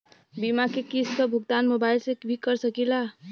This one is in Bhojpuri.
बीमा के किस्त क भुगतान मोबाइल से भी कर सकी ला?